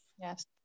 Yes